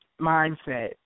mindset